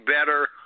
better